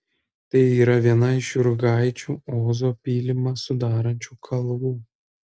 tai yra viena iš jurgaičių ozo pylimą sudarančių kalvų